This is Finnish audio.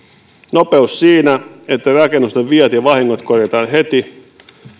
nopeus siinä että rakennusten viat ja vahingot korjataan heti